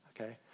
okay